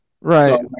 Right